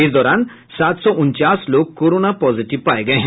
इस दौरान सात सौ उनचास लोग कोरोना पॉजिटिव पाये गये हैं